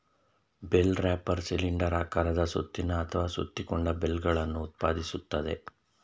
bale wrapper cylinder ಆಕಾರದ ಸುತ್ತಿನ ಅಥವಾ ಸುತ್ತಿಕೊಂಡ ಬೇಲ್ಗಳನ್ನು ಉತ್ಪಾದಿಸ್ತದೆ